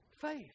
faith